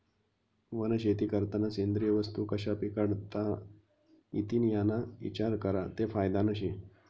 वनशेती करतांना सेंद्रिय वस्तू कशा पिकाडता इतीन याना इचार करा ते फायदानं शे